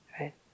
right